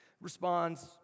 responds